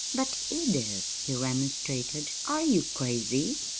but, edith, he remonstrated, are you crazy?